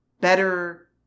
better